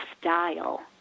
style